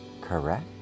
correct